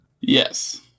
Yes